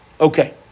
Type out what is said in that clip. Okay